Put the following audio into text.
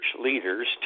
leaders